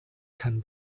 can